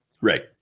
Right